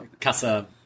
Casa